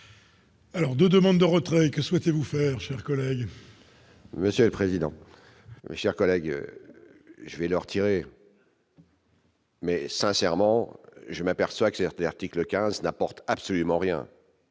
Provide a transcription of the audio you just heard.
Alors, de demandes de retrait que souhaitez-vous faire cher collègue.